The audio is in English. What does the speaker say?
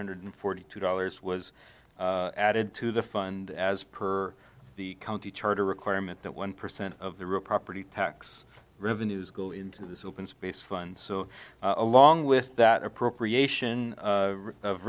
hundred forty two dollars was added to the fund as per the county charter requirement that one percent of the real property tax revenues go into the open space fund so along with that appropriation